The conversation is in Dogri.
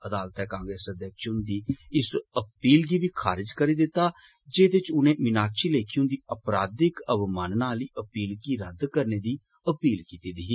अदालतै कांग्रेस अध्यक्ष हुन्दी उस अपील गी बी खारज करी दित्ता जेदे च उनें मीनाक्षी लेखी हुन्दी अपराधिक अवमानना आली अपील गी रद्द करने दी अपील कीती दी ही